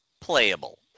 playable